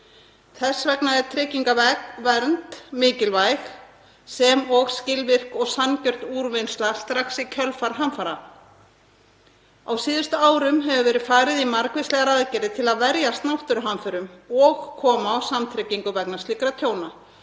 Þess vegna er tryggingavernd mikilvæg sem og skilvirk og sanngjörn úrvinnsla strax í kjölfar hamfara. Á síðustu árum hefur verið farið í margvíslegar aðgerðir til að verjast náttúruhamförum og koma á samtryggingu vegna slíkra tjóna.